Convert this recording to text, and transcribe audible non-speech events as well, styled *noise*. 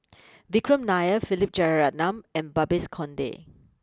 *noise* Vikram Nair Philip Jeyaretnam and Babes Conde